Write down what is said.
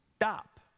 Stop